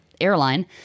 airline